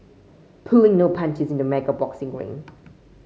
pulling no punches in the mega boxing ring